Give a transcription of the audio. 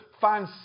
find